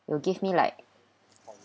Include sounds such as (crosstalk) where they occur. it'll give me like (noise)